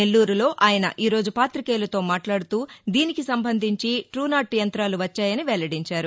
నెల్లూరులో ఆయన ఈ రోజు పాతికేయులతో మాట్లాడుతూ దీనికి సంబంధించి టూనాట్ యంతాలు వచ్చాయని వెల్లడించారు